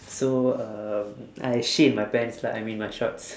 so um I shit in my pants lah I mean my shorts